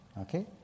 Okay